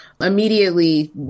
immediately